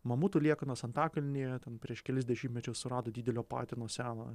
mamutų liekanas antakalnyje ten prieš kelis dešimtmečius surado didelio patino seną